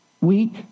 Weak